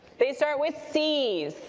they start with cs.